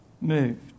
moved